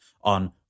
on